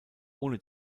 ohne